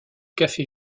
café